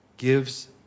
gives